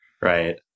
right